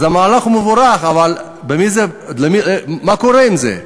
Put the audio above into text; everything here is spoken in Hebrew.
אז המהלך מבורך, אבל מה קורה עם זה?